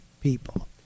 people